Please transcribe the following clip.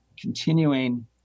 continuing